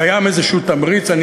קיים תמריץ כלשהו.